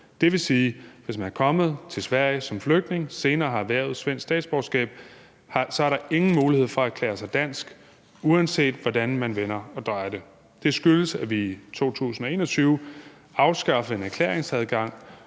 Det vil sige, at hvis man er kommet til Sverige som flygtning og senere har erhvervet svensk statsborgerskab, er der ingen mulighed for at erklære sig dansk, uanset hvordan man vender og drejer det. Det skyldes, at vi i 2021 afskaffede en erklæringsadgang,